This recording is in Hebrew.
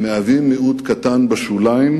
הם מהווים מיעוט קטן בשוליים,